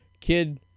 kid